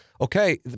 Okay